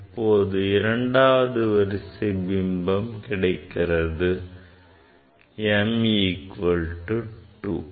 இப்போது இரண்டாவது வரிசை பிம்பம் கிடைக்கிறது m equal to 2